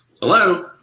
Hello